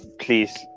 Please